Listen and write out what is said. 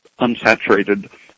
unsaturated